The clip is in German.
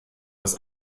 dass